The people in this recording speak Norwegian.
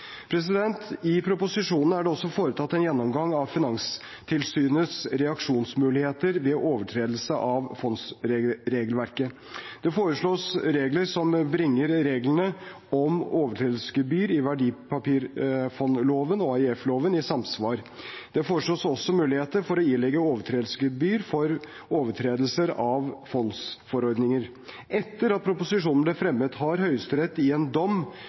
I proposisjonen er det også foretatt en gjennomgang av Finanstilsynets reaksjonsmuligheter ved overtredelse av fondsregelverket. Det foreslås regler som bringer reglene om overtredelsesgebyr i verdipapirfondloven og AIF-loven i samsvar. Det foreslås også muligheter for å ilegge overtredelsesgebyr for overtredelser av fondsforordninger. Etter at proposisjonen ble fremmet, har Høyesterett i en dom